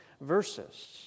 verses